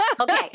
Okay